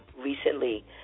recently